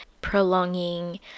prolonging